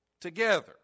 together